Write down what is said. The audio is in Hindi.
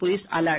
police alert